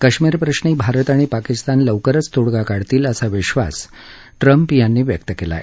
कश्मीरप्रश्री भारत आणि पाकिस्तान लवकरच तोडगा काढतील असा विश्वास डोनाल्ड ट्रंप यांनी व्यक्त केलाय